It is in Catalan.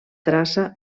traça